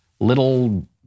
little